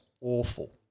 awful